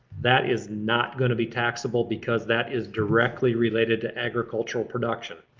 that is not going to be taxable because that is directly related to agricultural production.